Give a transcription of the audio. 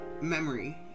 memory